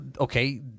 okay